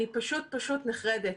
אני פשוט, פשוט נחרדת.